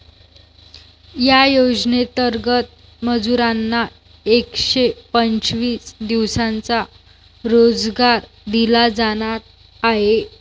या योजनेंतर्गत मजुरांना एकशे पंचवीस दिवसांचा रोजगार दिला जाणार आहे